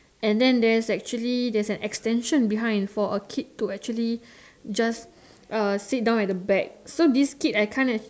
and then there's actually there's an extension behind for a kid to actually just uh sit down at the back so this kid I kind of